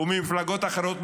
וממפלגות אחרות,